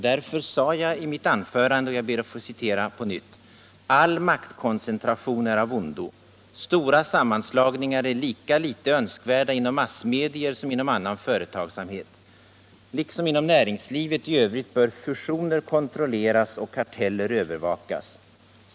Därför sade jag också i mitt anförande: ”All maktkoncentration är av ondo. Stora sammanslagningar är lika litet önskvärda inom massmedier som inom annan företagsamhet. Liksom inom näringslivet i övrigt bör fusioner kontrolleras och karteller övervakas.